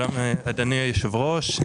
שלום אדוני היושב-ראש,